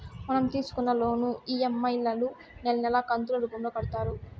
మనం తీసుకున్న loan EMI లను నెలా నెలా కంతులు రూపంలో కడతారు